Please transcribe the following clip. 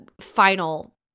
final